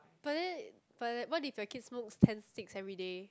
but then but what if your kid smokes ten sticks every day